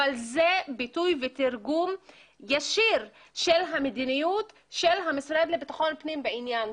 אבל זה ביטוי ותרגום ישיר של המדיניות של המשרד לביטחון פנים בעניין,